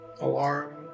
Alarm